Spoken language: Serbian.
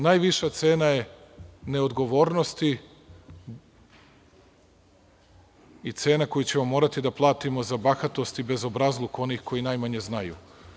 Najviša cena je neodgovornosti i cena koju ćemo morati da platimo za bahatost i bezobrazluk onih koji najmanje znaju.